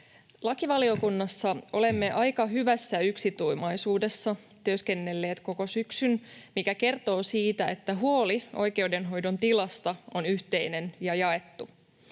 Lakivaliokunnassa olemme aika hyvässä yksituumaisuudessa työskennelleet koko syksyn, mikä kertoo siitä, että huoli oikeudenhoidon tilasta on yhteinen ja jaettu.